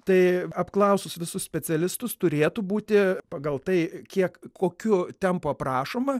tai apklausus visus specialistus turėtų būti pagal tai kiek kokiu tempu aprašoma